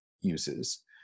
uses